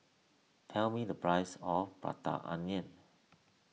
tell me the price of Prata Onion